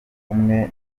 kumwe